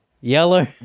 yellow